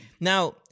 Now